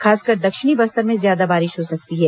खासकर दक्षिणी बस्तर में ज्यादा बारिश हो सकती है